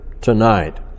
tonight